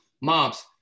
Moms